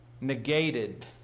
negated